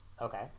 Okay